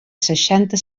seixanta